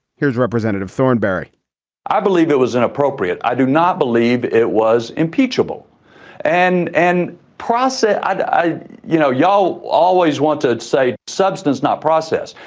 here's representative thornberry i believe it was inappropriate. i not believe it was impeachable and and process i you know y'all always want to say substance not process.